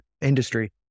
industry